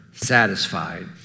satisfied